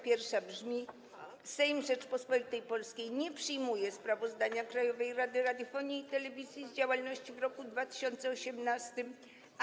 Pierwsza brzmi: Sejm Rzeczypospolitej Polskiej nie przyjmuje sprawozdania Krajowej Rady Radiofonii i Telewizji z działalności w roku 2018.